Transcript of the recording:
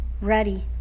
Ready